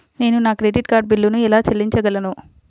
నేను నా credit card బిల్లును ఎలా చెల్లించగలను?